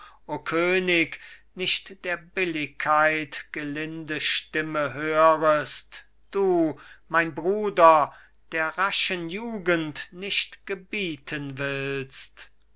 könig nicht der billigkeit gelinde stimme hörest du mein bruder der raschen jugend nicht gebieten willst